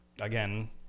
again